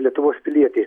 lietuvos pilietį